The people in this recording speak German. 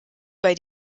bei